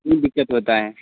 نہیں دقت ہوتا ہے